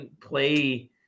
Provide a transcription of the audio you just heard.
play